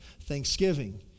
thanksgiving